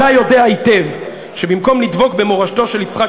אתה יודע היטב שבמקום לדבוק במורשתו של יצחק